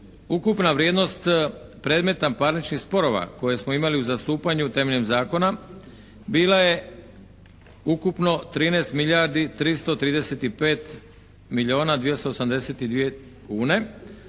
Ukupna vrijednost predmeta parničnih sporova koje smo imali u zastupanju temeljem zakona bila je ukupno 13 milijardi 335